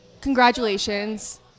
congratulations